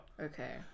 Okay